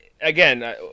again